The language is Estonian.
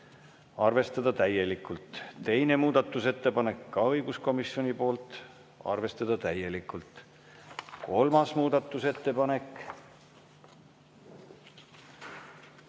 arvestada täielikult. Teine muudatusettepanek, ka õiguskomisjonilt, arvestada täielikult. Kolmas muudatusettepanek